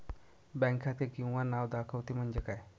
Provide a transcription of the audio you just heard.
Bank खाते किंवा नाव दाखवते म्हणजे काय?